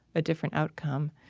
a different outcome,